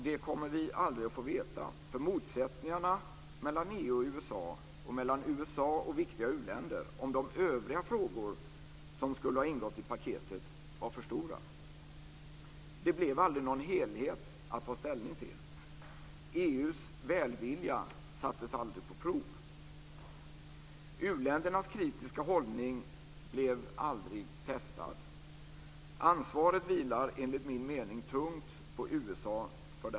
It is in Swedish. Det kommer vi aldrig att få veta. Motsättningarna mellan EU och USA och mellan USA och viktiga u-länder om de övriga frågor som skulle ha ingått i paketet var för stora. Det blev aldrig någon helhet att ta ställning till. EU:s välvilja sattes aldrig på prov. U-ländernas kritiska hållning blev aldrig testad. Ansvaret för detta vilar enligt min mening tungt på USA.